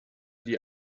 die